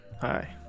Hi